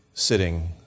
sitting